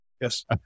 yes